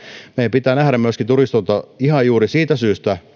meidän pitää nähdä myöskin turkistuotanto meillä arvokkaana elinkeinona ihan juuri siitä syystä